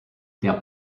der